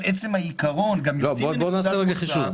אבל עצם העיקרון --- בוא נעשה רגע חישוב.